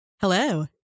Hello